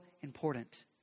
important